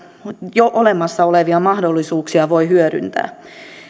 jo olemassa olevia paikallisia mahdollisuuksia voi hyödyntää